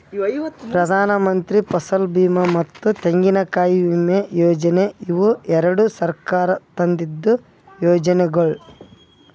ಪ್ರಧಾನಮಂತ್ರಿ ಫಸಲ್ ಬೀಮಾ ಮತ್ತ ತೆಂಗಿನಕಾಯಿ ವಿಮಾ ಯೋಜನೆ ಇವು ಎರಡು ಸರ್ಕಾರ ತಂದಿದ್ದು ಯೋಜನೆಗೊಳ್